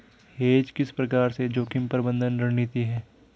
Hedge किस प्रकार से जोखिम प्रबंधन रणनीति है?